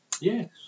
Yes